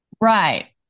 right